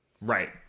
right